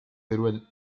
teruel